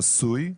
חסוי,